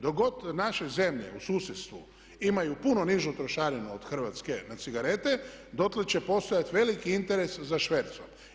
Dok god naše zemlje u susjedstvu imaju puno nižu trošarinu od Hrvatske na cigarete dotle će postojati veliki interes za švercom.